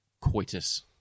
coitus